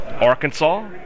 Arkansas